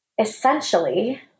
essentially